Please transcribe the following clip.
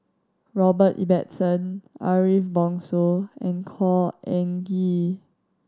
Robert Ibbetson Ariff Bongso and Khor Ean Ghee